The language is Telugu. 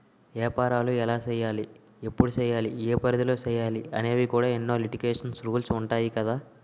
ఏపారాలు ఎలా సెయ్యాలి? ఎప్పుడు సెయ్యాలి? ఏ పరిధిలో సెయ్యాలి అనేవి కూడా ఎన్నో లిటికేషన్స్, రూల్సు ఉంటాయి కదా